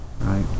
Right